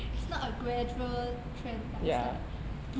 it's not a gradual trend but it's like boom